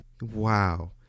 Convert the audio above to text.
Wow